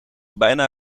bijna